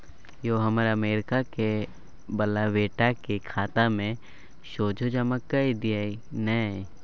यौ हमर अमरीका बला बेटाक खाता मे सोझे जमा कए दियौ न